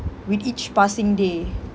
with each passing day